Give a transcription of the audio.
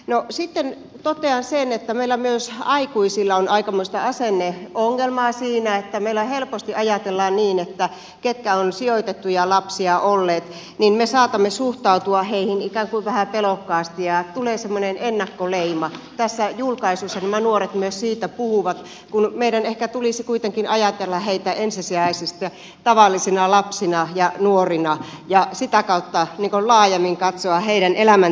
no sitten totean sen että myös meillä aikuisilla on aikamoista asenneongelmaa siinä että meillä helposti ajatellaan niin että heihin jotka ovat sijoitettuja lapsia olleet me saatamme suhtautua ikään kuin vähän pelokkaasti ja tulee semmoinen ennakkoleima tässä julkaisussa nämä nuoret myös siitä puhuvat kun meidän ehkä tulisi kuitenkin ajatella heitä ensisijaisesti tavallisina lapsina ja nuorina ja sitä kautta laajemmin katsoa heidän elämäntilannettaan